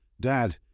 Dad